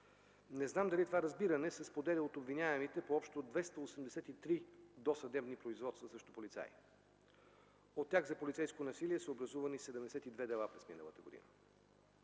Не знам дали това разбиране се споделя от обвиняемите по общо 283 досъдебни производства срещу полицаи. От тях за полицейско насилие са образувани 72 дела през миналата година.